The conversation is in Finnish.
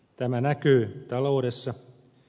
tämä näkyy taloudessa